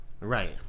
Right